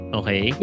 okay